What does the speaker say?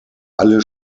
alle